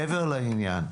מעבר לעניין,